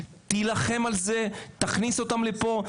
תילחם על זה, תכניס אותם לפה.